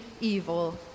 evil